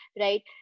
Right